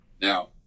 Now